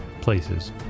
places